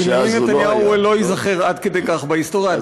בנימין נתניהו לא ייזכר עד כדי כך בהיסטוריה.